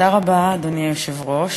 תודה רבה, אדוני היושב-ראש.